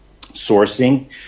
sourcing